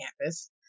campus